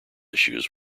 issues